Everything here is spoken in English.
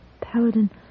Paladin